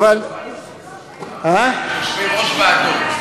יושבי-ראש ועדות.